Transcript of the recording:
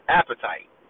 appetite